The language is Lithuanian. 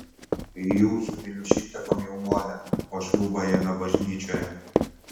jūsų viliušytė komjaunuolė o šliūbą ėmė bažnyčioje